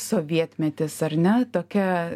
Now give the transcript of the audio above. sovietmetis ar ne tokia